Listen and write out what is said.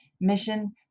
mission